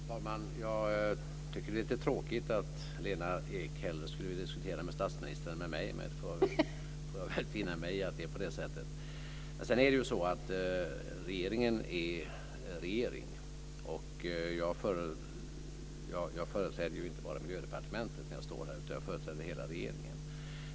Fru talman! Jag tycker att det är lite tråkigt att Lena Ek hellre skulle vilja diskutera med statsministern än med mig, men jag får väl finna mig i att det är på det sättet. Vidare företräder jag här inte bara Miljödepartementet utan hela regeringen.